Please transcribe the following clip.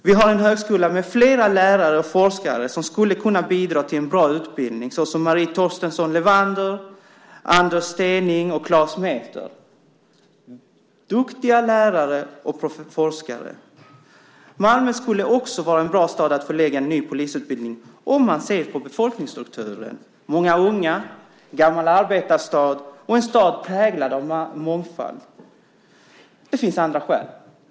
Vi har en högskola med flera lärare och forskare som skulle kunna bidra till en bra utbildning, såsom Marie Torstensson Levander, Anders Stening och Claes Mether - duktiga lärare och forskare. Malmö skulle också vara en bra stad att förlägga en ny polisutbildning till om man ser på befolkningsstrukturen. Där finns många unga. Det är en gammal arbetarstad och en stad präglad av mångfald. Det finns också andra skäl.